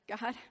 God